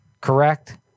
correct